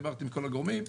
דיברתי עם כל הגורמים,